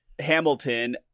Hamilton